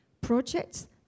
projects